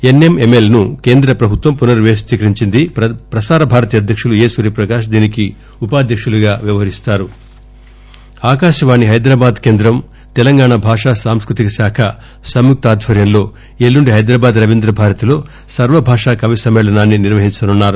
AIR Akashvani Hyderabad కేంద్రం తెలంగాణా భాషా సాంస్కృతిక శాఖ సంయుక్త ఆధ్వర్యంలో ఎల్లుండి హైదరాబాద్ రవీంద్రభారతిలో సర్వ భాషా కవి సమ్మేళనాన్ని నిర్వహించనున్నారు